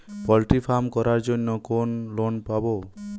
Poultry farm করার জন্য কোন লোন পাব?